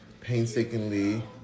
painstakingly